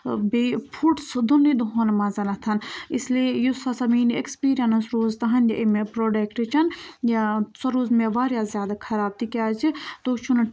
بیٚیہِ پھُٹ سُہ دۄنٕے دۄہَن منٛز اِسلیے یُس ہَسا میٛٲنۍ یہِ اٮ۪کٕسپیٖرینٕس روٗز تَہَنٛدِ اَمہِ پرٛوڈَکٹٕچ یا سۄ روٗز مےٚ واریاہ زیادٕ خراب تِکیٛازِ تُہۍ چھُو نہٕ